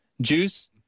Juice